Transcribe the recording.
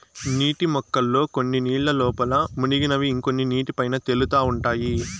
నీటి మొక్కల్లో కొన్ని నీళ్ళ లోపల మునిగినవి ఇంకొన్ని నీటి పైన తేలుతా ఉంటాయి